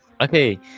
Okay